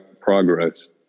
progress